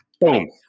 Boom